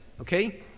Okay